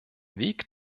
weg